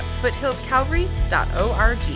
foothillscalvary.org